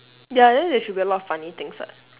ya then there should be a lot of funny things [what]